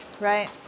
right